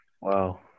Wow